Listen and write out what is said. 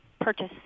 purchase